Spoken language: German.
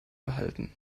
behalten